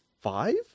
Five